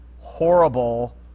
horrible